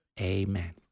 Amen